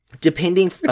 depending